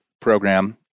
program